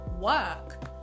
work